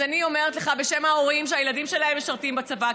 אז אני אומרת לך בשם ההורים שהילדים שלהם משרתים בצבא,